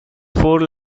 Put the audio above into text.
four